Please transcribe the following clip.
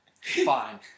fine